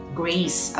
grace